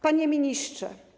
Panie Ministrze!